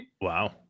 Wow